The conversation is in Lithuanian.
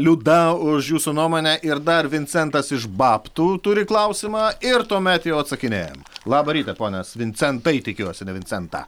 liuda už jūsų nuomonę ir dar vincentas iš babtų turi klausimą ir tuomet jau atsakinėjam labą rytą ponas vincentai tikiuosi ne vincenta